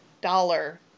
dollar